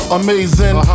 amazing